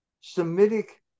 Semitic